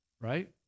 right